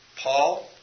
Paul